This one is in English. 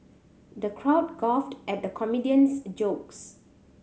the crowd guffawed at the comedian's jokes